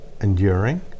enduring